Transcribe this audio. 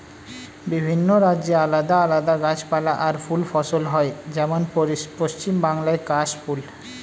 বিভিন্ন রাজ্যে আলাদা আলাদা গাছপালা আর ফুল ফসল হয়, যেমন পশ্চিম বাংলায় কাশ ফুল